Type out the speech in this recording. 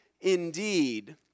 indeed